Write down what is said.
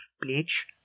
Bleach